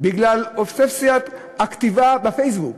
בגלל אובססיית הכתיבה בפייסבוק.